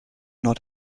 nod